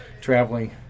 traveling